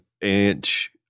inch